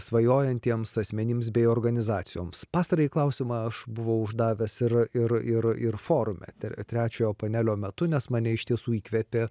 svajojantiems asmenims bei organizacijoms pastarąjį klausimą aš buvau uždavęs ir ir ir ir forume ter trečiojo panelio metu nes mane iš tiesų įkvėpė